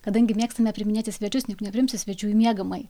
kadangi mėgstame priiminėti svečius juk nepriimti svečių į miegamąjį